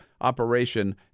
operation